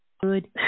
good